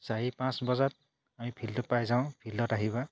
চাৰি পাঁচ বজাত আমি ফিল্ডটোত পাই যাওঁ ফিল্ডত আহিবা